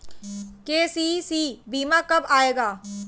KCC बीमा कब आएगा?